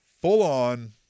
full-on